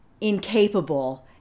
incapable